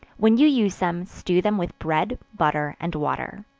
when you use them, stew them with bread, butter and water.